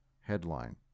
headline